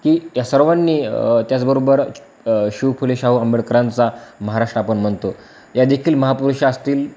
की या सर्वांनी त्याचबरोबर शिव फुले शाहू आंबेडकरांचा महाराष्ट्र आपण म्हणतो या देखील महापुरुष असतील